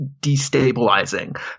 destabilizing